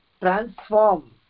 transform